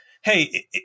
hey